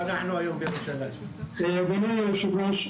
אדוני היושב-ראש,